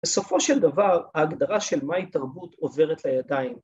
בסופו של דבר ההגדרה של מהי תרבות עוברת לידיים.